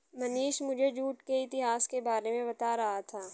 मनीष मुझे जूट के इतिहास के बारे में बता रहा था